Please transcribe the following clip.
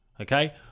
okay